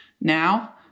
now